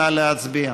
נא להצביע.